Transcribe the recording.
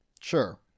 Sure